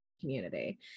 community